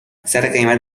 سرقیمت